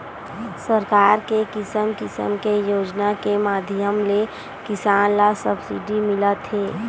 सरकार के किसम किसम के योजना के माधियम ले किसान ल सब्सिडी मिलत हे